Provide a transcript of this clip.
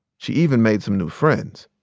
she even made some new friends.